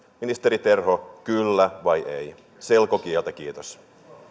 ministeri terho kyllä vai ei selkokieltä kiitos